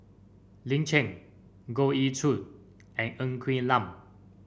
Lin Chen Goh Ee Choo and Ng Quee Lam